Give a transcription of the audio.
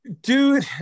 Dude